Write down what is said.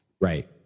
Right